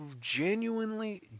genuinely